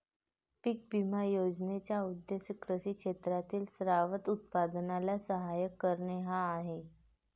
पीक विमा योजनेचा उद्देश कृषी क्षेत्रातील शाश्वत उत्पादनाला सहाय्य करणे हा आहे